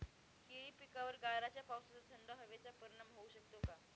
केळी पिकावर गाराच्या पावसाचा, थंड हवेचा परिणाम होऊ शकतो का?